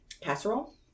casserole